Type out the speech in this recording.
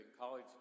college